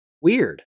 Weird